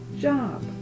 job